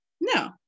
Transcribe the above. no